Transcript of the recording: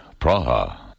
Praha